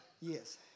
Yes